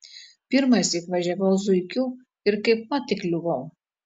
pirmąsyk važiavau zuikiu ir kaipmat įkliuvau